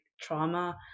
trauma